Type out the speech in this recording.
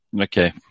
Okay